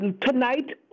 Tonight